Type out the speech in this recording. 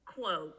quote